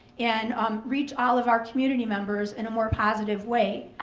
and um reach all of our community members in a more positive way.